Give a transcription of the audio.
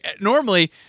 normally